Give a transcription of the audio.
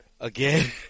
again